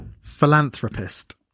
philanthropist